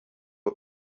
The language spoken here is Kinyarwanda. bwa